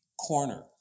corner